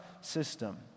system